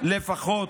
לפחות